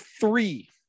three